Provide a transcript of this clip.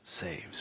saves